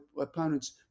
opponents